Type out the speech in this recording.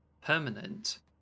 permanent